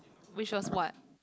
wish her what